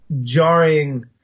jarring